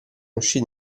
usciti